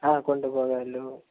ആ കൊണ്ടു പോകാലോ